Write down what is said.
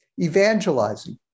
evangelizing